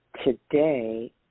Today